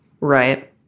Right